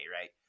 right